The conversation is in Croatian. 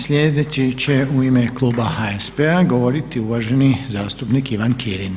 Sljedeći će u ime kluba HSP-a govoriti uvaženi zastupnik Ivan Kirin.